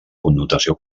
connotació